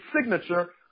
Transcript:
signature